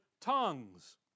tongues